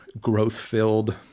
growth-filled